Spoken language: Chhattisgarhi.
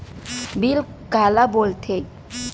बिल काला बोल थे?